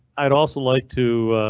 i'd also like to.